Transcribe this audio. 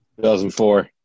2004